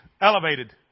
Elevated